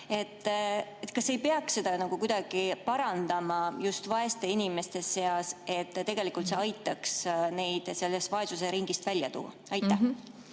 Kas ei peaks seda kuidagi parandama just vaeste inimeste seas? Tegelikult see aitaks neid vaesusringist välja tuua. Aitäh!